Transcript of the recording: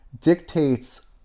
dictates